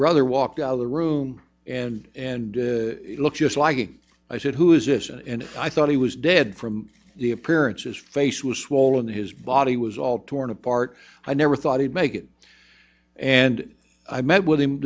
brother walked out of the room and and look just like i said who is this and i thought he was dead from the appearances face was swollen his body was all torn apart i never thought he'd make it and i met with him